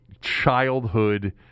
childhood